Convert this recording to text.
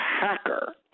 hacker